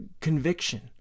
conviction